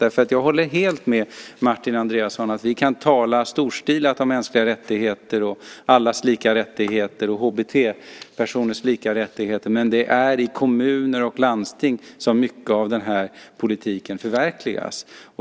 Jag håller helt med Martin Andreasson: Vi kan tala storstilat om mänskliga rättigheter, allas lika rättigheter och HBT-personers lika rättigheter, men det är i kommuner och landsting som mycket av den här politiken förverkligas.